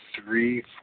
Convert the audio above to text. three